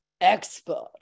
expert